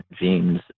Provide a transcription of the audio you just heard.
genes